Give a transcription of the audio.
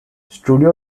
studio